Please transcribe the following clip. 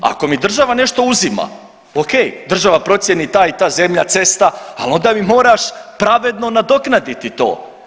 Ako mi država nešto uzima okej, država procijeni ta i ta zemlja, cesta, al onda mi moraš pravedno nadoknaditi to.